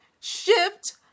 Shift